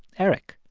eric.